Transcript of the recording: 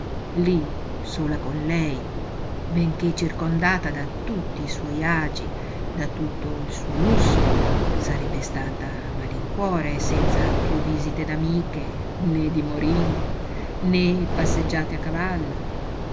lí sola con lei benché circondata da tutti i suoi agi da tutto il suo lusso sarebbe stata a malincuore senza piú visite d'amiche né di moringhi né passeggiate a cavallo